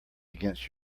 against